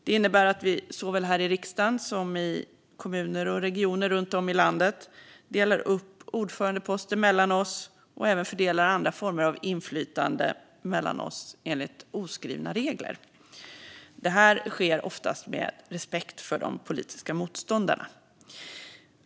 Det innebär att vi såväl här i riksdagen som i kommuner och regioner runt om i landet delar upp ordförandeposter mellan oss och även fördelar andra former av inflytande mellan oss enligt oskrivna regler. Det sker oftast med respekt för de politiska motståndarna.